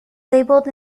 labelled